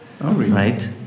right